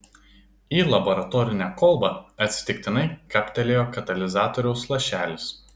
į laboratorinę kolbą atsitiktinai kaptelėjo katalizatoriaus lašelis